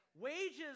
Wages